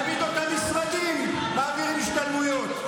תמיד אותם משרדים מעבירים השתלמויות.